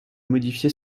modifié